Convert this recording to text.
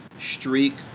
Streak